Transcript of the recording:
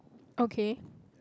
okay